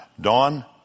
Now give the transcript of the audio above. dawn